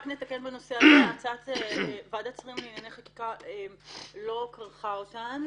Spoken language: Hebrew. אני אתקן בנושא הזה: ועדת שרים לענייני חקיקה לא כרכה אותן.